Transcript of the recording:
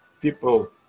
people